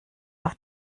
auf